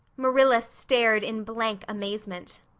marilla stared in blank amazement.